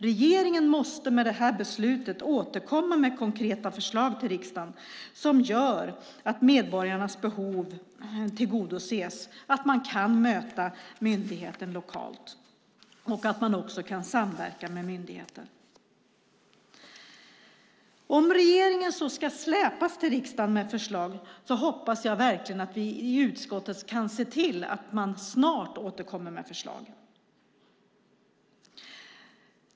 Regeringen måste återkomma med konkreta förslag till riksdagen som gör att medborgarnas behov tillgodoses, att man kan möta myndigheter lokalt och att man också kan samverka med myndigheten. Om regeringen så ska släpas till riksdagen med förslag hoppas jag att vi i utskottet kan se till att man snart återkommer med förslag.